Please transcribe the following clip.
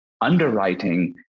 underwriting